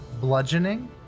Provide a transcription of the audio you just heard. bludgeoning